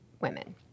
women